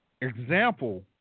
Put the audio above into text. example